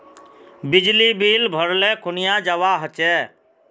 बिजली बिल भरले कुनियाँ जवा होचे?